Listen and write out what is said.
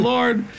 Lord